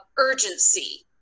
urgency